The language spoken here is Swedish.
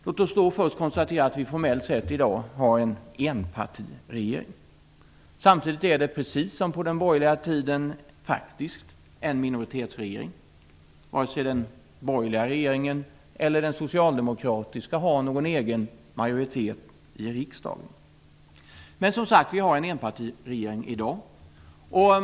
Låt oss först konstatera att vi formellt sett i dag har en enpartiregering. Samtidigt är det, precis som på den borgerliga tiden, faktiskt en minoritetsregering. Varken den borgerliga eller den socialdemokratiska regeringen har egen majoritet i riksdagen. Vi har i dag en enpartiregering.